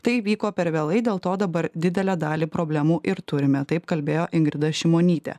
tai įvyko per vėlai dėl to dabar didelę dalį problemų ir turime taip kalbėjo ingrida šimonytė